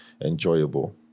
enjoyable